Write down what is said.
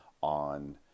on